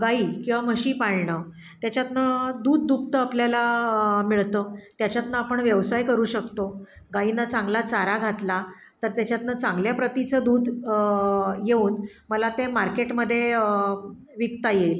गाई किंवा म्हशी पाळणं त्याच्यातनं दूध दुभतं आपल्याला मिळतं त्याच्यातनं आपण व्यवसाय करू शकतो गाईना चांगला चारा घातला तर त्याच्यातनं चांगल्या प्रतीचं दूध येऊन मला ते मार्केटमध्ये विकता येईल